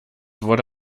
wurde